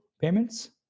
payments